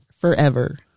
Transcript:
forever